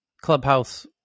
clubhouse